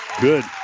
good